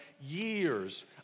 years